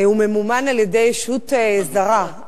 הוא ממומן על-ידי ישות זרה.